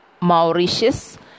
Mauritius